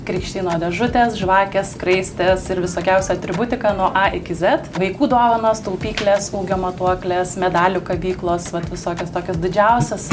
krikštynų dėžutės žvakės skraistės ir visokiausia atributika nuo a iki z vaikų dovanos taupyklės ūgio matuoklės medalių kabyklos vat visokios tokios didžiausias